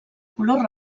color